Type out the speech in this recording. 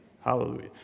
hallelujah